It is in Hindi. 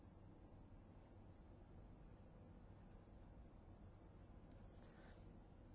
अब इससे कुछ सरल समीकरण लिखते हैं